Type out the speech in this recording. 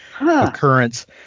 occurrence